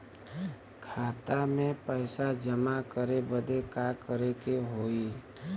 खाता मे पैसा जमा करे बदे का करे के होई?